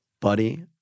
Buddy